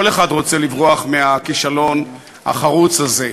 כל אחד רוצה לברוח מהכישלון החרוץ הזה.